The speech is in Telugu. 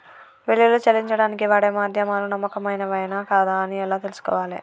బిల్లులు చెల్లించడానికి వాడే మాధ్యమాలు నమ్మకమైనవేనా కాదా అని ఎలా తెలుసుకోవాలే?